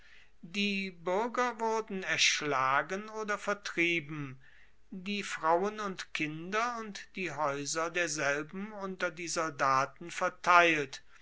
die buerger wurden erschlagen oder vertrieben die frauen und kinder und die haeuser derselben unter die soldaten verteilt